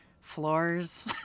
floors